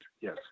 Yes